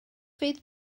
fydd